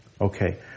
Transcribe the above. Okay